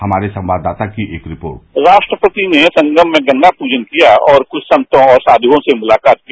हमारे संवाददाता की एक रिपोर्ट राष्ट्रपति ने संगम में गंगा प्रजन किया और कुछ संतों और साध्यों से मुलाकात की